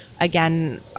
Again